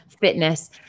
fitness